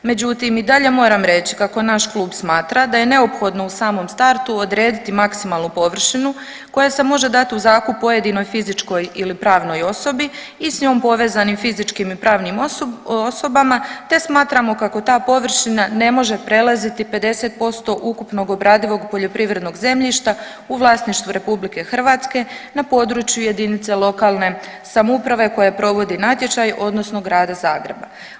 Međutim, i dalje moram reći kako naš Klub smatra da je neophodno u samom startu odrediti maksimalnu površinu koja se može dati u zakup pojedinoj fizičkoj ili pravnoj osobi i s njom povezanim fizičkim i pravnim osobama te smatramo kako ta površina ne može prelaziti 50% ukupnog obradivog poljoprivrednog zemljišta u vlasništvu Republike Hrvatske na području jedinica lokalne samouprave koja provodi natječaj odnosno Grada Zagreba.